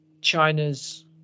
China's